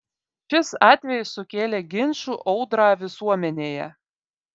šis atvejis sukėlė ginčų audrą visuomenėje